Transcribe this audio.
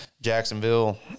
Jacksonville